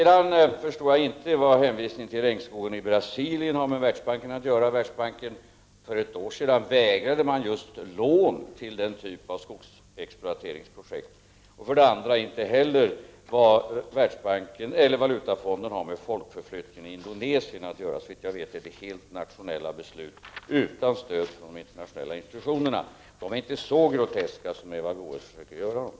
Jag förstår inte vad hänvisningen till regnskogarna i Brasilien har med Världsbanken att göra. För ett år sedan vägrade Världsbanken lån till den typ av skogsexploateringsprojekt. Jag förstår inte heller vad Valutafonden har med folkförflyttningarna i Indonesien att göra. Såvitt jag vet rör det sig om ett helt nationellt beslut utan stöd av de internationella institutionerna. De är inte så groteska som Eva Goés försöker göra dem.